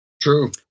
True